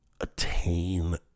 attain